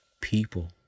people